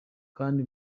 kandi